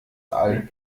all